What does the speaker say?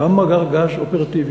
גם מאגר גז אופרטיבי,